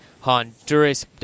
Honduras